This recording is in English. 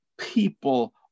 People